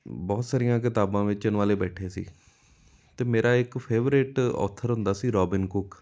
ਬਹੁਤ ਸਾਰੀਆਂ ਕਿਤਾਬਾਂ ਵੇਚਣ ਵਾਲੇ ਬੈਠੇ ਸੀ ਅਤੇ ਮੇਰਾ ਇੱਕ ਫੇਵਰੇਟ ਔਥਰ ਹੁੰਦਾ ਸੀ ਰੋਬਿਨ ਕੁੱਕ